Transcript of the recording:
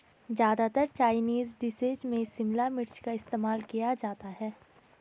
ज्यादातर Chinese dishes में शिमला मिर्च का इस्तेमाल किया जाता है